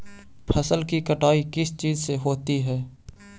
फसल की कटाई किस चीज से होती है?